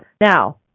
Now